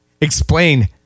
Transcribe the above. Explain